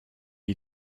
you